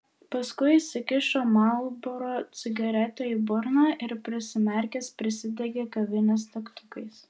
paskui įsikišo marlboro cigaretę į burną ir prisimerkęs prisidegė kavinės degtukais